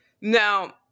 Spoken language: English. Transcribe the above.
Now